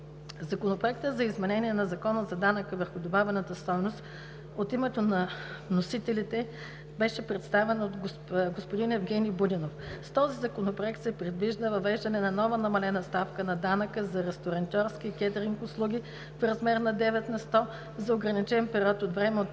Законопроект за изменение на Закона за данък върху добавената стойност, № 054-01-43, от името на вносителите беше представен от господин Евгени Будинов. С този законопроект се предвижда въвеждане на нова намалена ставка на данъка за ресторантьорски и кетъринг услуги в размер на 9 на сто, за ограничен период от време от